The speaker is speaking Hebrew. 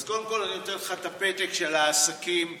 אז קודם כול אני רוצה לתת לך את הפתק של העסקים בנהריה,